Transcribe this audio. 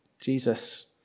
Jesus